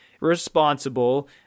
responsible